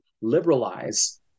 liberalize